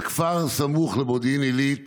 בכפר סמוך למודיעין עילית